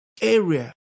area